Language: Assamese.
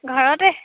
ঘৰতে